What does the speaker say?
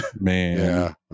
man